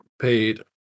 paid